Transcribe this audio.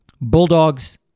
Bulldogs